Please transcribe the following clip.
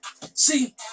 See